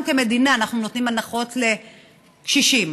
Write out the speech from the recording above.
אנחנו כמדינה נותנים הנחות לקשישים,